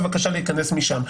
בבקשה להיכנס משם.